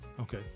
Okay